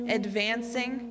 advancing